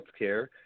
Healthcare